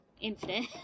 infinite